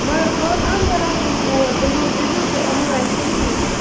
مگر بہٕ حظ اَنہٕ فِراک سوٗٹ اور تِم حظ دیٖزیو نہٕ تُہۍ یِمَن اَتھِ کِہیٖنۍ نہٕ